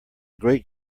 great